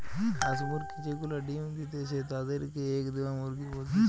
হাঁস মুরগি যে গুলা ডিম্ দিতেছে তাদির কে এগ দেওয়া মুরগি বলতিছে